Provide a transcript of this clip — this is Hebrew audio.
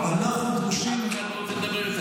אף אחד לא רוצה לדבר איתנו.